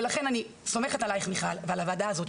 ולכן אני סומכת עלייך מיכל ועל הוועדה הזאת